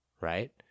Right